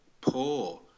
poor